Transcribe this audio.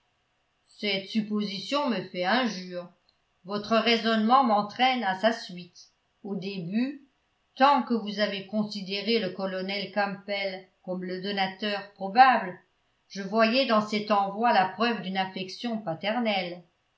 cette supposition me fait injure votre raisonnement m'entraîne à sa suite au début tant que vous avez considéré le colonel campbell comme le donateur probable je voyais dans cet envoi la preuve d'une affection paternelle